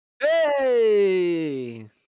Hey